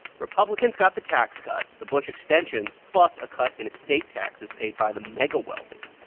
republicans got the tax cuts, the bush extensions, plus a cut in estate taxes paid by the mega wealthy.